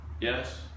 yes